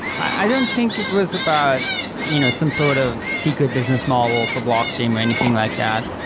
i don't think it was about you know some sort of secret business model for blockstream or anything like that.